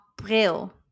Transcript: April